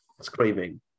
screaming